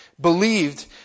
believed